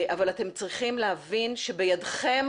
אבל אתם צריכים להבין שבידכם